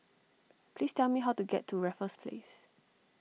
please tell me how to get to Raffles Place